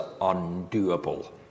undoable